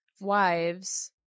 wives